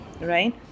right